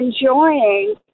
enjoying